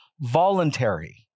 voluntary